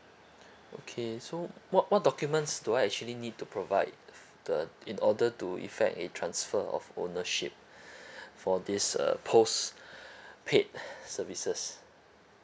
okay so what what documents do I actually need to provide the in order to effect a transfer of ownership for this uh post paid services